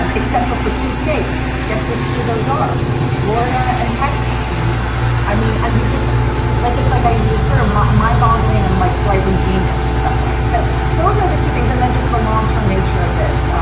um except for for two states. guess which two? those are florida and texas. i mean, you've just like it's like i it's sort of mind mind boggling and like slightly genius in some way. so those are the two things. and then just the long term nature of this.